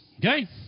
Okay